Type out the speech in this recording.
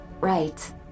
Right